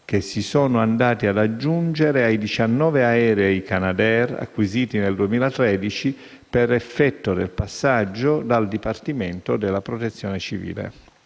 che si sono andati ad aggiungere ai 19 aerei canadair acquisiti nel 2013 per effetto del passaggio dal Dipartimento della protezione civile.